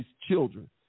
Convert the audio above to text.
children